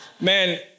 Man